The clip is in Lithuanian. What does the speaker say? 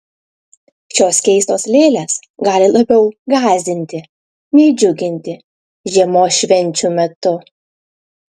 šios keistos lėlės gali labiau gąsdinti nei džiuginti žiemos švenčių metu